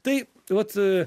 tai tai vat